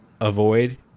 Avoid